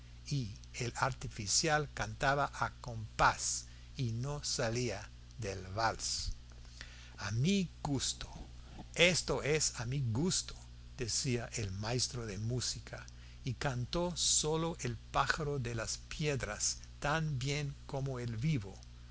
y el artificial cantaba a compás y no salía del vals a mi gusto esto es a mi gusto decía el maestro de música y cantó solo el pájaro de las piedras tan bien como el vivo